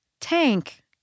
tank